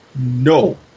No